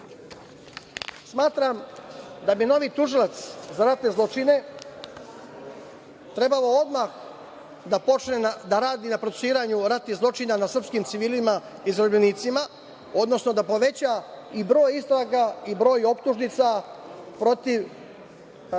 da bi novi tužilac za ratne zločine trebalo odmah da počne da radi na procesuiranju ratnih zločina nad srpskim civilima i zarobljenicima, odnosno da poveća i broj istraga i broj optužnica protiv